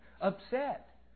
upset